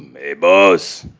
hey boss.